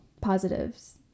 positives